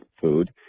food